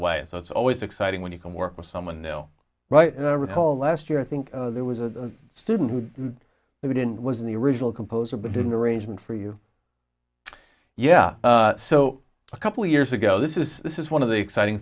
and so it's always exciting when you can work with someone new right and i recall last year i think there was a student who who didn't was in the original composer but didn't arrangement for you yeah so a couple of years ago this is this is one of the exciting